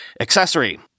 accessory